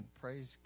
Praise